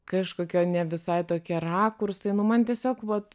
kažkokir ne visai tokie rakursai nu man tiesiog vat